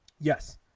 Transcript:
Yes